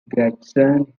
grandson